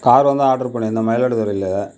காரை வந்து ஆர்டர் பண்ணியிருந்தேன் மயிலாடுதுறையில்